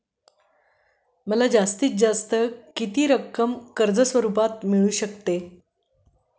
मला जास्तीत जास्त किती रक्कम कर्ज स्वरूपात मिळू शकते?